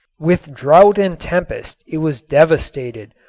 with drought and tempest it was devastated,